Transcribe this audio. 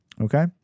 Okay